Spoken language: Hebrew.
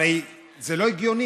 הרי זה לא הגיוני.